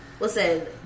listen